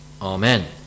Amen